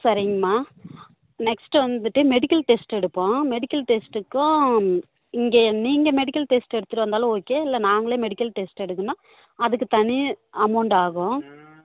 சரிங்கமா நெக்ஸ்ட்டு வந்துவிட்டு medical test எடுப்போம் மெடிக்கல் டெஸ்ட்டுக்கும் இங்கே நீங்கள் மெடிக்கல் டெஸ்ட் எடுத்துட்டு வந்தாலும் ஓகே இல்லை நாங்களே மெடிக்கல் டெஸ்ட்டு எடுக்குன்னா அதுக்கு தனி அமௌண்ட் ஆகும்